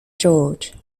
george